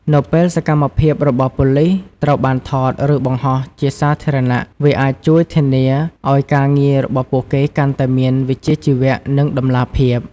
នៅពេល សកម្មភាពរបស់ប៉ូលិស ត្រូវបាន ថត ឬ បង្ហោះជាសាធារណៈ វាអាច ជួយធានា ឱ្យការងាររបស់ពួកគេកាន់តែមាន វិជ្ជាជីវៈ និង តម្លាភាព។